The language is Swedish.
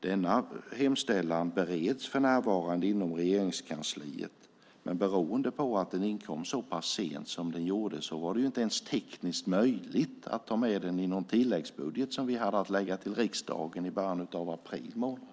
Denna hemställan bereds för närvarande inom Regeringskansliet, men beroende på att den inkom så pass sent som den gjorde var det inte ens tekniskt möjligt att ta med den i den tilläggsbudget som vi hade att lägga fram för riksdagen i början av april månad.